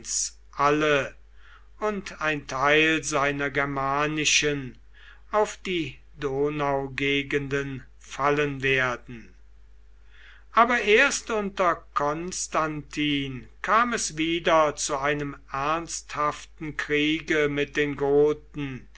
alle und ein teil seiner germanischen auf die donaugegenden fallen werden aber erst unter konstantin kam es wieder zu einem ernsthaften kriege mit den goten